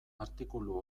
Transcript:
artikulu